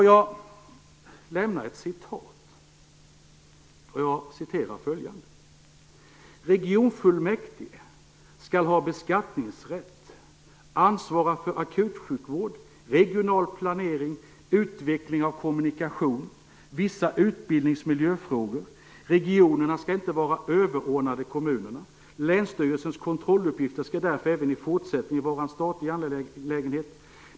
Jag ska be att få läsa ett stycke: Regionfullmäktige skall ha beskattningsrätt, ansvara för akutsjukvård, regional planering, utveckling av kommunikation, vissa utbildnings och miljöfrågor. Regionerna skall inte vara överordnade kommunerna. Länsstyrelsens kontrolluppgifter skall därför även i fortsättningen vara en statlig angelägenhet.